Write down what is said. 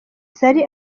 zari